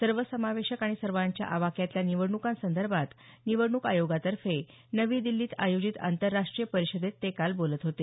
सर्वसमावेशक आणि सर्वांच्या आवाक्यातल्या निवडणुकांसंदर्भात निवडणूक आयोगातर्फे नवी दिल्लीत आयोजित आंतरराष्ट्रीय परिषदेत ते काल बोलत होते